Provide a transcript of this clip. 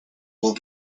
will